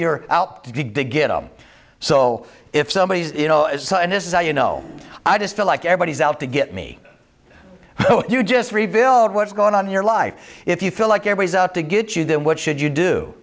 you're out to get them so if somebody you know and this is how you know i just feel like everybody is out to get me you just revealed what's going on in your life if you feel like every is out to get you then what should you do